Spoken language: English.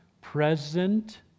present